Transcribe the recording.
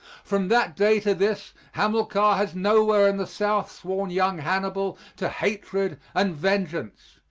from that day to this hamilcar has nowhere in the south sworn young hannibal to hatred and vengeance,